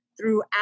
throughout